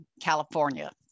California